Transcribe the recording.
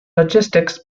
logistics